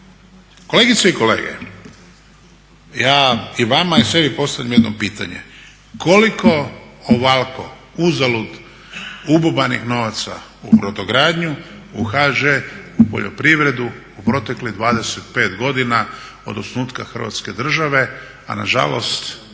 Kolegice i kolege, ja i vama i sebi postavljam jedno pitanje koliko ovako uzalud ububanih novaca u brodogradnju, u HŽ, u poljoprivredu u proteklih 25 godina od osnutka Hrvatske države a nažalost